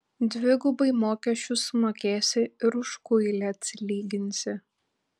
dvigubai mokesčius sumokėsi ir už kuilį atsilyginsi